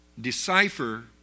decipher